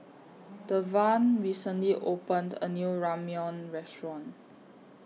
Devan recently opened A New Ramyeon Restaurant